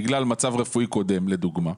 בגלל מצב רפואי קודם לדוגמה,